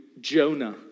Jonah